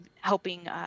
helping